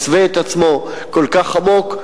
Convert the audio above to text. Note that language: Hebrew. מסווה את עצמו כל כך עמוק,